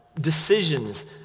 decisions